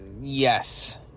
yes